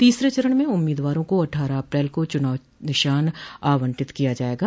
तीसरे चरण में उम्मीदवारों को अट्ठारह अप्रैल को चुनाव निशान आवंटित किया जायेगा